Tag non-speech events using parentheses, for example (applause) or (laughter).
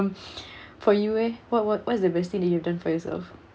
(breath) for you eh what what what is the best thing that you done for yourself